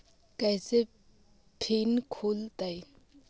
कैसे फिन खुल तय?